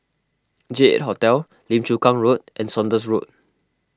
J eight Hotel Lim Chu Kang Road and Saunders Road